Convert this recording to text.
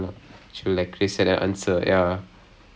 oh is it okay K K nice